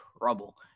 trouble